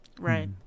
Right